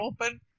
open